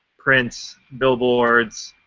prints, billboards,